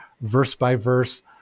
verse-by-verse